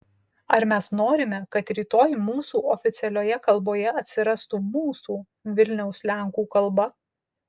ar mes norime kad rytoj mūsų oficialioje kalboje atsirastų mūsų vilniaus lenkų kalba